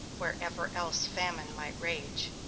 wherever else famine might rage.